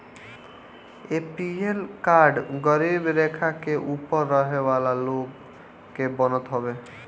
APL card गरीबी रेखा के ऊपर रहे वाला लोग के बनत हवे